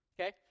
Okay